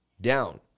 down